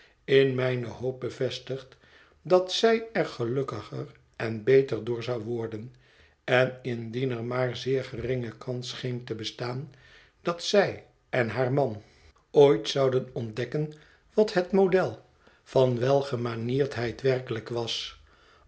in mijne hoop bevestigd dat zij er gelukkiger en beter door zou worden en indien er maar zeer geringe kans scheen te bestaan dat zij en haar man ooit zouden ontdekken wat het model van welgemanierdheid werkelijk was